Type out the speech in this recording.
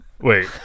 Wait